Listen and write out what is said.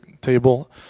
table